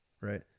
right